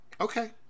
Okay